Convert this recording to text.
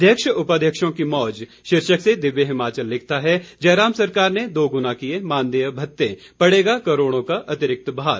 अध्यक्ष उपाध्यक्षों की मौज शीर्षक से दिव्य हिमाचल लिखता है जयराम सरकार ने दोगुना किए मानदेय भत्ते पड़ेगा करोड़ों का अतिरिक्त भार